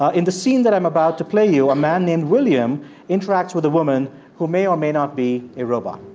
ah in the scene that i'm about to play you, a man named william interacts with a woman who may or may not be a robot